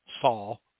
Saul